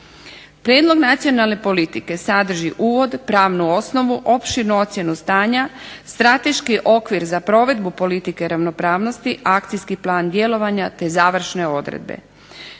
Prijedlog nacionalne politike sadrži uvod, pravnu osnovu, opširnu ocjenu stanja, strateški okvir za provedbu politike ravnopravnosti, akcijski plan djelovanja te završne odredbe.